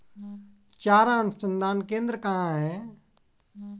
चारा अनुसंधान केंद्र कहाँ है?